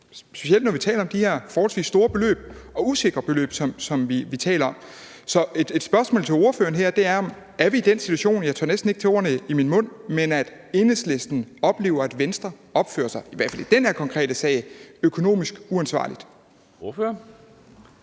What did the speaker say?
hvor vi taler om de her forholdsvis store og usikre beløb. Så mit spørgsmål til ordføreren er: Er vi i den situation – jeg tør næsten ikke tage ordene i min mund – at Enhedslisten oplever, at Venstre i hvert fald i den her konkrete sag opfører sig økonomisk uansvarligt? Kl.